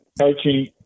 coaching